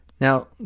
Now